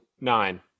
nine